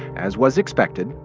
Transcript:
as was expected,